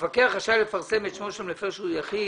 שהמפקח רשאי לפרסם את שמו של מפר שהוא יחיד